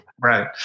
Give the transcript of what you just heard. right